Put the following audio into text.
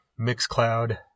MixCloud